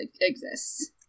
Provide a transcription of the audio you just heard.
exists